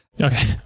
Okay